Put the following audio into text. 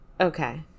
Okay